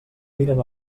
miren